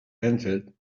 entered